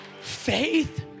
Faith